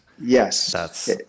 Yes